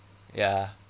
ya